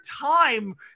time